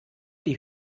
die